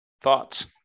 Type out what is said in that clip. Thoughts